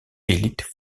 élite